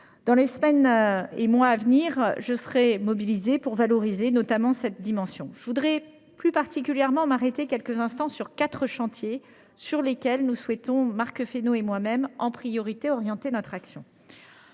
Dans les semaines et mois à venir, je serai mobilisée pour valoriser notamment cette dernière dimension. Je voudrais plus particulièrement m’arrêter quelques instants sur quatre chantiers sur lesquels nous souhaitons, Marc Fesneau et moi même, orienter prioritairement notre action.